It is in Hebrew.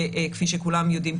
וכפי שכולם יודעים,